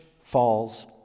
falls